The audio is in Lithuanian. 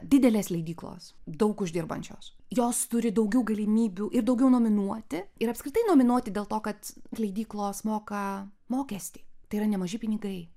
didelės leidyklos daug uždirbančios jos turi daugiau galimybių ir daugiau nominuoti ir apskritai nominuoti dėl to kad leidyklos moka mokestį tai yra nemaži pinigai